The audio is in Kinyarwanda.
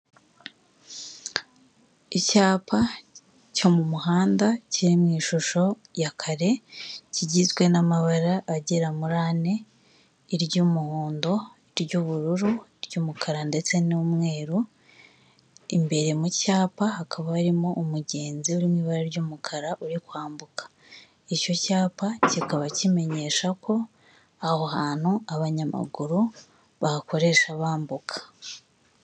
Icyapa cyo mu muhanda kiri mu ishusho ya kare kigizwe n'amabara agera muri ane iry'umuhondo, ury'ubururu ury'umukara ndetse n'umweru imbere mu cyapa hakaba harimo umugenzi uri mu ibara ry'umukara uri kwambuka icyo cyapa kikaba kimenyesha ko aho hantu abanyamaguru bahakoresha bambuka.